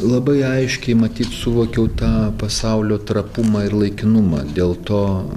labai aiškiai matyt suvokiau tą pasaulio trapumą ir laikinumą dėl to